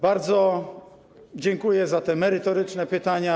Bardzo dziękuję za te merytoryczne pytania.